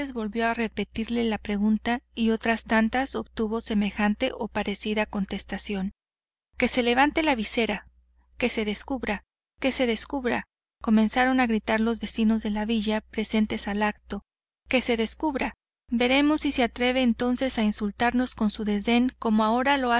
volvió a repetirle la pregunta que otras tantas obtuvo semejante o parecida contestación que se levante la visera que se descubra que se descubra comenzaron a gritar los vecinos de la villa presentes al acto que se descubra veremos si se atreve entonces a insultarnos con su desdén como ahora la